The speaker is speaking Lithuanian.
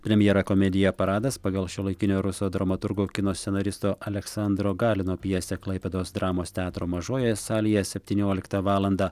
premjera komedija paradas pagal šiuolaikinio rusų dramaturgo kino scenaristo aleksandro galino pjesę klaipėdos dramos teatro mažojoje salėje septynioliktą valandą